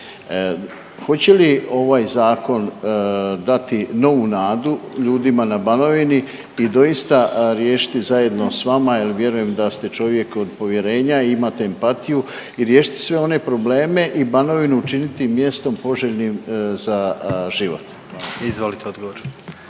Hoće li ovaj zakon dati novu nadu ljudima na Banovini i doista riješiti zajedno s vama jel vjerujem da ste čovjek od povjerenja, imate empatiju i riješiti sve one probleme i Banovinu učiniti mjestom poželjnim za život? Hvala.